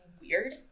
weird